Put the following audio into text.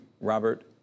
Robert